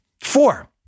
Four